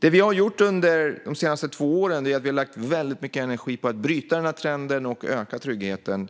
Det vi har gjort under de senaste två åren är att lägga mycket energi på att bryta trenden och öka tryggheten